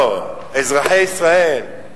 לא, אזרחי ישראל.